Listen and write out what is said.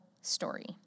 story